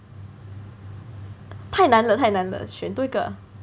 太难了太难了选多一个